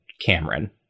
Cameron